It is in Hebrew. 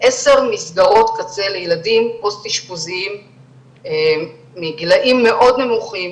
עשר מסגרות לילדים פוסט אשפוזיים מגילאים מאוד נמוכים,